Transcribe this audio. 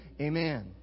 Amen